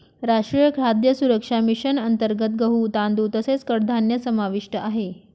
राष्ट्रीय खाद्य सुरक्षा मिशन अंतर्गत गहू, तांदूळ तसेच कडधान्य समाविष्ट आहे